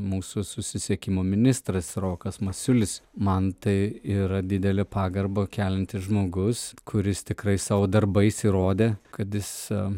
mūsų susisiekimo ministras rokas masiulis man tai yra didelę pagarbą keliantis žmogus kuris tikrai savo darbais įrodė kad jis